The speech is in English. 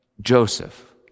Joseph